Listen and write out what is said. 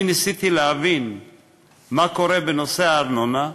אני ניסיתי להבין מה קורה בנושא הארנונה,